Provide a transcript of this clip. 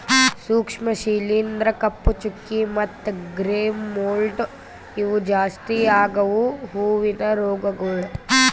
ಸೂಕ್ಷ್ಮ ಶಿಲೀಂಧ್ರ, ಕಪ್ಪು ಚುಕ್ಕಿ ಮತ್ತ ಗ್ರೇ ಮೋಲ್ಡ್ ಇವು ಜಾಸ್ತಿ ಆಗವು ಹೂವಿನ ರೋಗಗೊಳ್